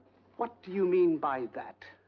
what do you mean by that?